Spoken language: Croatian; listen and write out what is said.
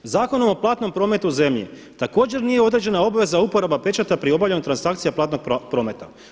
Zakonom o platnom prometu u zemlji također nije određena obveza uporaba pečata pri obavljanju transakcija platnog prometa.